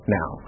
now